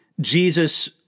Jesus